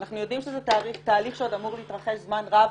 ואנחנו יודעים שזה תהליך שעוד אמור להתרחש זמן רב,